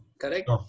Correct